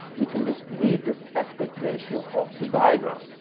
we can just read this aspect ratio off the diagram.